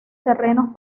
terrenos